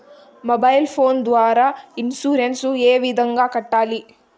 mobile phone ద్వారా insurance ఏ విధంగా కట్టాలి